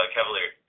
Cavalier